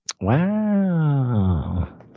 Wow